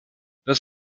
das